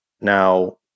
now